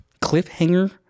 cliffhanger